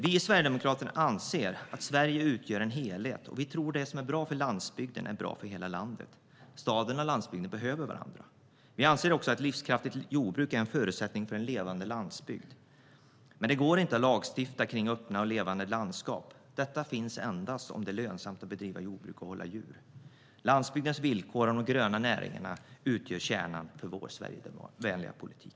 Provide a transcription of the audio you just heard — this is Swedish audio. Vi i Sverigedemokraterna anser att Sverige utgör en helhet, och vi tror att det som är bra för landsbygden är bra för hela landet. Staden och landsbygden behöver varandra. Vi anser också att ett livskraftigt jordbruk är en förutsättning för en levande landsbygd, men det går inte att lagstifta kring öppna och levande landskap. Detta finns endast om det är lönsamt att bedriva jordbruk och hålla djur. Landsbygdens villkor och de gröna näringarna utgör kärnan för vår Sverigevänliga politik.